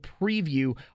preview